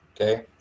Okay